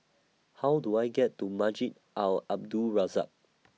How Do I get to Masjid Al Abdul Razak